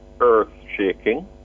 earth-shaking